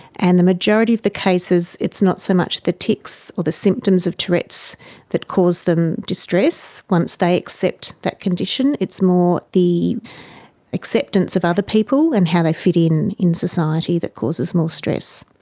and the majority of the cases it's not so much the tics or the symptoms of tourette's that cause them distress once they accept that condition, it's more the acceptance of other people and they fit in in society that causes more stress.